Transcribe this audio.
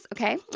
okay